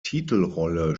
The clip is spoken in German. titelrolle